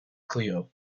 clio